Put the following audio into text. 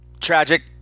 tragic